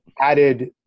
added